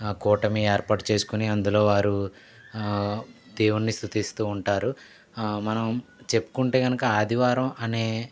కోటమీ ఏర్పాటు చేస్కొని అందులో వారు దేవుణ్ణి స్థుతిస్తూ ఉంటారు మనం చెప్పుకుంటే గనక ఆదివారం అనే